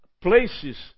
places